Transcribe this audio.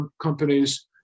companies